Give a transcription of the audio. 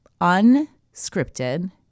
unscripted